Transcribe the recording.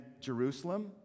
Jerusalem